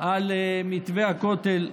על מתווה הכותל,